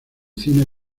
cine